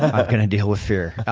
i'm going to deal with fear.